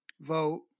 vote